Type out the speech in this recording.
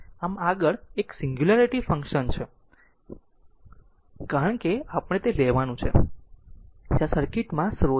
આમ આમ આગળ એક સિંગ્યુલારીટી ફંક્શન છે કારણ કે આપણે તે લેવાનું છે જ્યાં સર્કિટ માં સ્રોત છે